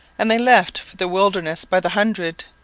and they left for the wilderness by the hundred.